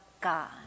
God